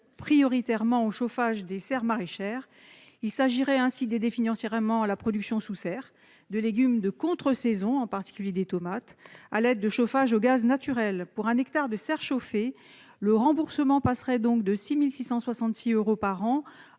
prioritairement au chauffage des serres maraîchères : il s'agirait d'aider financièrement la production sous serre de légumes de contre-saison, en particulier des tomates, à l'aide de chauffage au gaz naturel. Pour un hectare de serre chauffée, le remboursement annuel passerait de 6 666 euros à